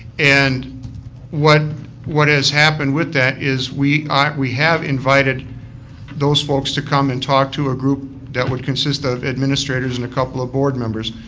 and what what has happened with that is we ah we have invited those folks to come and talk to a group that would consist of administrators and a couple of board members.